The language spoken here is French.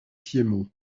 piémont